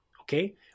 Okay